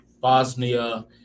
Bosnia